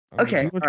Okay